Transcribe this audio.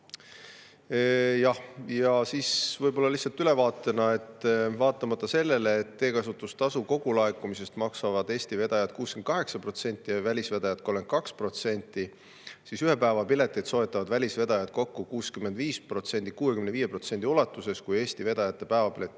Ja siis võib-olla lihtsalt ülevaatena: vaatamata sellele, et teekasutustasu kogulaekumisest maksavad Eesti vedajad 68% ja välisvedajad 32%, siis ühe päeva piletit soetavad välisvedajad kokku 65% ulatuses ja Eesti vedajate päevapiletite